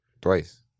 Twice